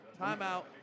Timeout